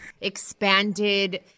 expanded